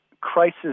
crisis